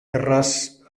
erraz